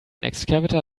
excavator